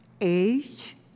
age